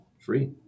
free